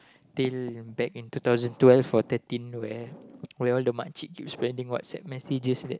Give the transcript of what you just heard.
tale in back in two thousand twelve or thirteen thirteen where where all the makcik sending WhatsApp messages there